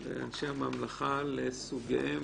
ואנשי הממלכה לסוגיהם,